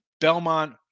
Belmont